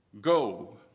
go